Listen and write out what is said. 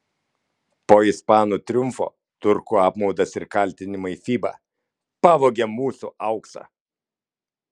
po ispanų triumfo turkų apmaudas ir kaltinimai fiba pavogė mūsų auksą